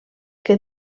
que